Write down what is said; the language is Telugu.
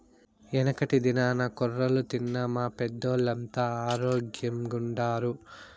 యెనకటి దినాల్ల కొర్రలు తిన్న మా పెద్దోల్లంతా ఆరోగ్గెంగుండారు